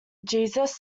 jesus